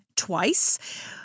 twice